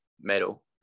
metal